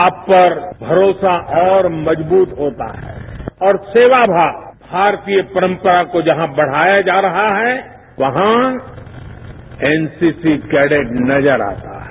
आप पर भरोसा और मजबूत होता है और सेवा भाव भारतीय परंपरा को जहां बढ़ाया जा रहा है वहां एन सी सी कैडेट नजर आता है